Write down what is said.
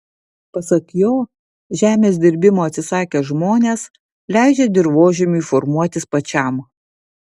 pasak jo žemės dirbimo atsisakę žmonės leidžia dirvožemiui formuotis pačiam